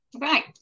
right